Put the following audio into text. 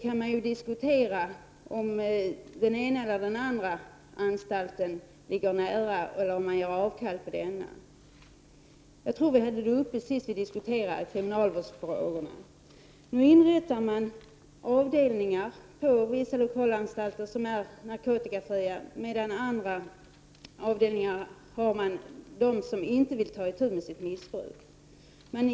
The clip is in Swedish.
Man kan diskutera om den ena eller den andra anstalten ligger nära eller om man bortser från denna synpunkt. Jag tror att vi hade den frågan uppe senast vi diskuterade kriminalvårdsfrågorna. Nu inrättar man narkotikafria avdelningar på vissa lokalanstalter, medan andra avdelningar tar hand om dem som inte vill ta itu med sitt missbruk.